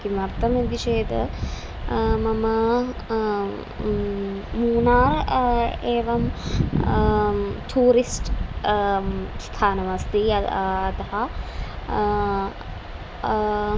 किमर्थमिति चेत् मम मूनार् एवं ठूरिस्ट् स्थानमस्ति अतः अतः